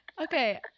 Okay